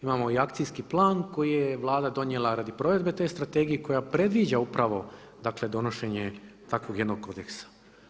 Imamo i akcijski plan koji je Vlada donijela radi provedbe te strategije i koja predviđa upravo donošenje takvog jednog kodeksa.